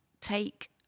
take